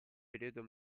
periodo